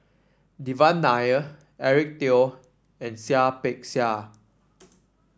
Devan Nair Eric Teo and Seah Peck Seah